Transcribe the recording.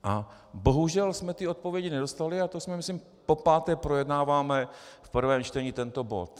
A bohužel jsme odpovědi nedostali, a to myslím popáté projednáváme v prvém čtení tento bod.